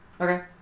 Okay